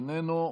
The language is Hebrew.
איננו.